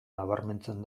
nabarmentzen